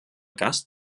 gast